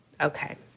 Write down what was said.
Okay